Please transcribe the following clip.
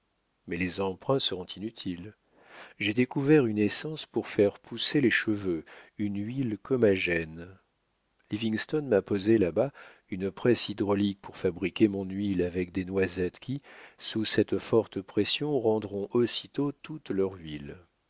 mais les emprunts seront inutiles j'ai découvert une essence pour faire pousser les cheveux une huile comagène livingston m'a posé là-bas une presse hydraulique pour fabriquer mon huile avec des noisettes qui sous cette forte pression rendront aussitôt toute leur huile